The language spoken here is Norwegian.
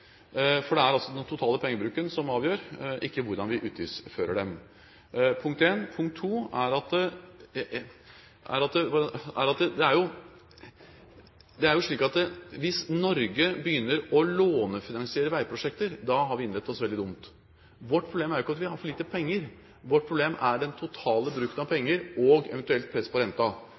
det en dårlig omstilling. Det er den totale pengebruken som avgjør, ikke hvordan vi utgiftsfører den. Punkt 3: Det er jo slik at hvis Norge begynner å lånefinansiere veiprosjekter, har vi innrettet oss veldig dumt. Vårt problem er ikke at vi har for lite penger, vårt problem er den totale bruken av penger og eventuelt press på